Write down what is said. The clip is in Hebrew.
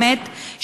באמת,